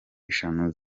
eshanu